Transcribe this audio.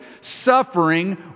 suffering